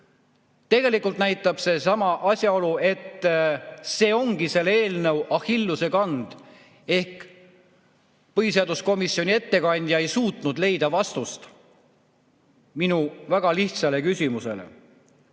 Tegelikult näitab seesama asjaolu, et see ongi selle eelnõu Achilleuse kand. Ehk põhiseaduskomisjoni ettekandja ei suutnud leida vastust minu väga lihtsale küsimusele.